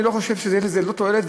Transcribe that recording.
אני לא חושב שתהיה לזה תועלת,